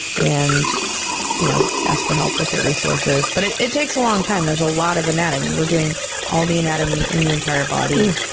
and you know ask for help, look at resources. but it it takes a long time. there's a lot of anatomy. we're doing all the anatomy in the entire body,